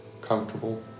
comfortable